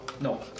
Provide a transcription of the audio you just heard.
No